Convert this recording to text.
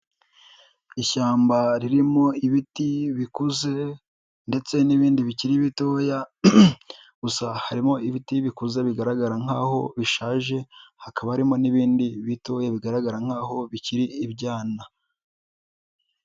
Ishyamba ririmo ibiti bikuze ndetse n'ibindi bikiri bitoya, gusa harimo ibiti bikuze bigaragara nkaho bishaje, hakaba harimo n'ibindi bitoya bigaragara nkaho bikiri ibyana.